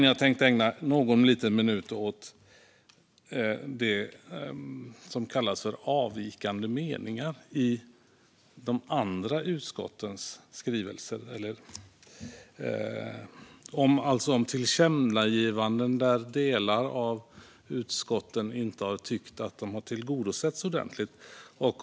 Jag tänkte ägna någon liten minut åt det som kallas avvikande meningar i de andra utskottens skrivelser. Det handlar om tillkännagivanden som delar av utskotten inte har tyckt har tillgodosetts tillräckligt.